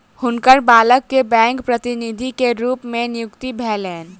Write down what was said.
हुनकर बालक के बैंक प्रतिनिधि के रूप में नियुक्ति भेलैन